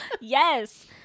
Yes